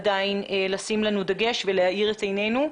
לשים דגש ולהאיר את עינינו.